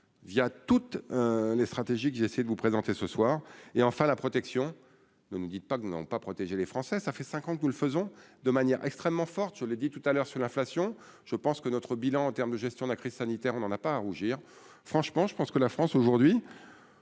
via toutes les stratégies que j'essaie de vous présenter ce soir, et enfin la protection ne nous dites pas que non pas protégé les Français, ça fait 5 ans que nous le faisons de manière extrêmement forte sur les dit tout à l'heure sur l'inflation, je pense que notre bilan en terme de gestion de la crise sanitaire, on n'en a pas à rougir, franchement, je pense que la France aujourd'hui,